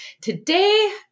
today